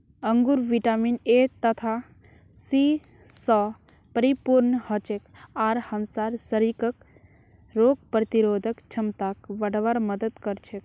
अंगूर vitamin A तथा C स परिपूर्ण हछेक आर हमसार शरीरक रोग प्रतिरोधक क्षमताक बढ़वार मदद कर छेक